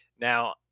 Now